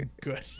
good